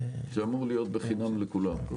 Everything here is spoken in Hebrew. זה אמור להיות חינם לכולם.